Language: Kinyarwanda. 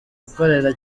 akorera